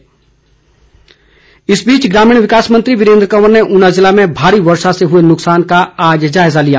जायजा इस बीच ग्रामीण विकास मंत्री वीरेन्द्र कंवर ने ऊना जिले में भारी वर्षा से हुए नुकसान का आज जायजा लिया